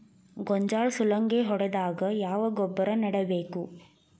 ಗೋಂಜಾಳ ಸುಲಂಗೇ ಹೊಡೆದಾಗ ಯಾವ ಗೊಬ್ಬರ ನೇಡಬೇಕು?